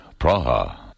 Praha